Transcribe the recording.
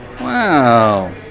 wow